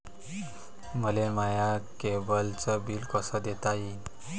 मले माया केबलचं बिल कस देता येईन?